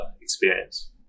experience